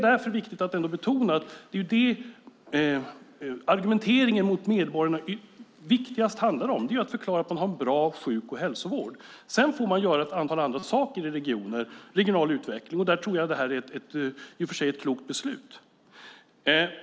Det viktigaste i argumentationen gentemot medborgarna handlar om att vi får bra sjuk och hälsovård. Därefter kommer ett antal andra saker som man får göra i regionen, regional utveckling, och då tror jag i och för sig att det här är ett klokt beslut.